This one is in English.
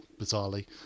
bizarrely